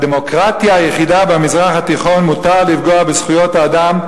בדמוקרטיה היחידה במזרח התיכון מותר לפגוע בזכויות האדם,